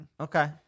Okay